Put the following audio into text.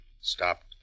stopped